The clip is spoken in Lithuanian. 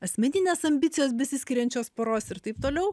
asmeninės ambicijos besiskiriančios poros ir taip toliau